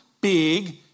big